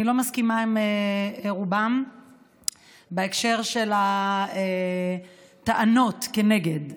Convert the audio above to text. אני לא מסכימה לרובם בהקשר של הטענות נגד.